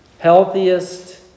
healthiest